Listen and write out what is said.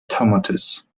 tomatoes